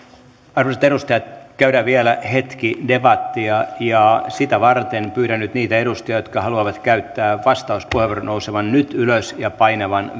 arvoisat edustajat käydään vielä hetki debattia ja sitä varten pyydän nyt niitä edustajia jotka haluavat käyttää vastauspuheenvuoron nousemaan nyt ylös ja painamaan